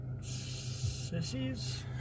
sissies